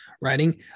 writing